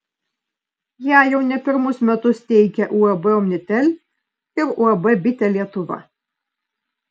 ją jau ne pirmus metus teikia uab omnitel ir uab bitė lietuva